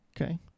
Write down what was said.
okay